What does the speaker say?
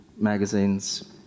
magazines